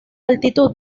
altitud